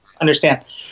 understand